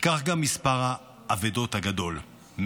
כך גם מספר האבדות הגדול.